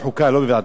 לא בוועדת הפנים,